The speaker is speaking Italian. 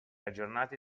aggiornati